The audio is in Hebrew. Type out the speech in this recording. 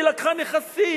היא לקחה נכסים,